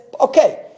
okay